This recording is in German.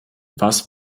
was